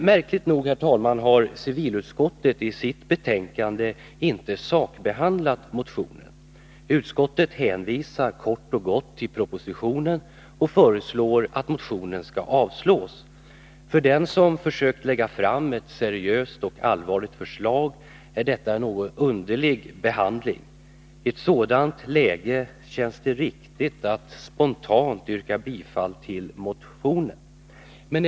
Märkligt nog, herr talman, har civilutskottet i sitt betänkande inte sakbehandlat motionen. Utskottet hänvisar kort och gott till propositionen och föreslår att motionen skall avslås. För den som lagt fram ett seriöst förslag är detta en något underlig behandling. I ett sådant läge känns det riktigt att spontant yrka bifall till motionen.